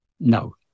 No